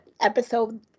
episode